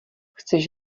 chceš